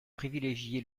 privilégié